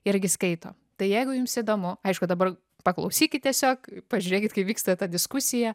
irgi skaito tai jeigu jums įdomu aišku dabar paklausykit tiesiog pažiūrėkit kaip vyksta ta diskusija